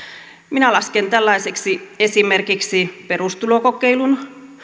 minä lasken tällaisiksi esimerkiksi perustulokokeilun